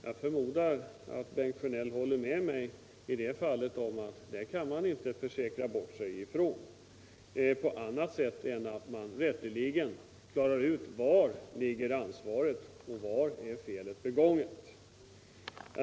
Jag förmodar att Bengt Sjönell håller med mig om att man inte kan försäkra sig bort ifrån detta. Vi måste alltså rätteligen klara ut var ansvaret ligger och var felet är begånget.